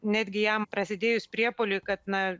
netgi jam prasidėjus priepuoliui kad na